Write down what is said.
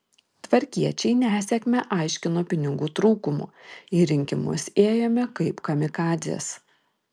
tvarkiečiai nesėkmę aiškino pinigų trūkumu į rinkimus ėjome kaip kamikadzės